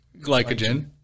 glycogen